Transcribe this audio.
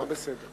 בסדר, בסדר.